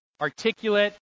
articulate